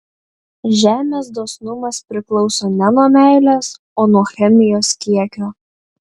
žemės dosnumas priklauso ne nuo meilės o nuo chemijos kiekio